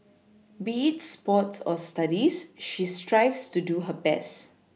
be it sports or Studies she strives to do her best